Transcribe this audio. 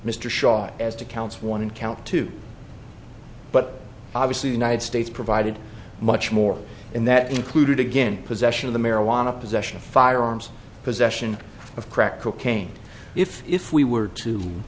mr shy as to counts one count two but obviously united states provided much more and that included again possession of the marijuana possession of firearms possession of crack cocaine if if we were to